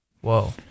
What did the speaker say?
Whoa